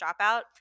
Dropout